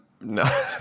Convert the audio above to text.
no